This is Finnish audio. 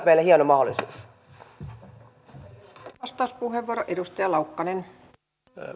siinä on myös meille hieno mahdollisuus